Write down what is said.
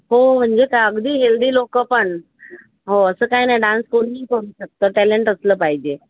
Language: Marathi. हो म्हणजे काय अगदी हेल्दी लोक पण हो असं काय नाही डान्स कोणी करू शकतं टॅलेन्ट असलं पाहिजे